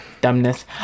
dumbness